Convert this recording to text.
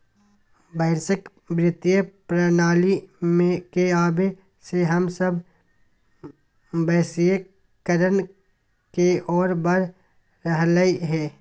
वैश्विक वित्तीय प्रणाली के आवे से हम सब वैश्वीकरण के ओर बढ़ रहलियै हें